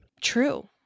True